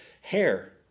Hair